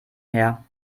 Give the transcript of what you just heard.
her